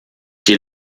die